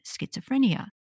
schizophrenia